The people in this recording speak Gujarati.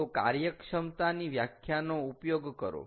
તો કાર્યક્ષમતાની વ્યાખ્યાનો ઉપયોગ કરો